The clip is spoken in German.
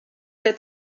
der